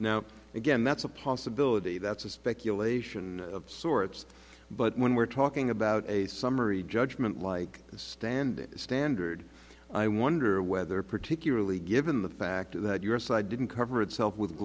now again that's a possibility that's a speculation of sorts but when we're talking about a summary judgment like the standard standard i wonder whether particularly given the fact that your side didn't cover itself with